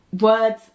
words